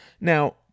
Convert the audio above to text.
Now